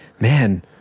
Man